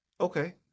Okay